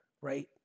right